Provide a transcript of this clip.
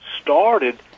started